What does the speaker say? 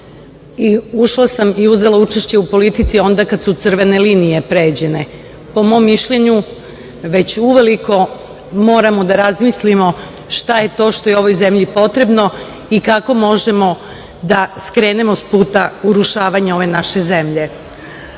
i ušla sam i uzela učešće u politici kada su crvene linije pređene, a po mom mišljenju već uveliko moramo da razmislimo šta je to što je ovoj zemlji potrebno i kako možemo da skrenemo sa puta urušavanju ove naše zemlje. Inače